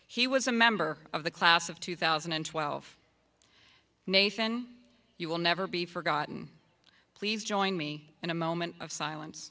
he was a member of the class of two thousand and twelve nation you will never be forgotten please join me in a moment of silence